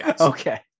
Okay